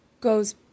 Goes